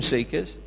Seekers